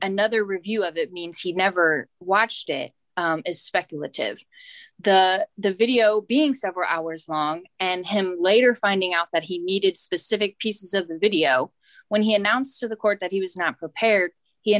another review of it means he never watched as speculative the the video being several hours long and him later finding out that he needed specific pieces of the video when he announced to the court that he was not prepared he